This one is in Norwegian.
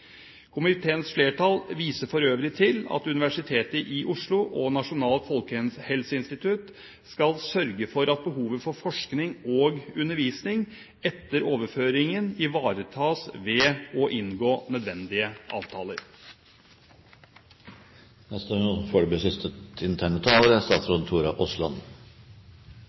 Komiteens flertall viser for øvrig til at Universitetet i Oslo og Nasjonalt folkehelseinstitutt skal sørge for at behovet for forskning og undervisning etter overføringen ivaretas ved å inngå nødvendige